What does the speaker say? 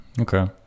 okay